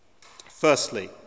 Firstly